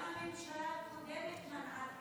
גם הממשלה הקודמת מנעה,